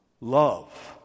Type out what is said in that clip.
love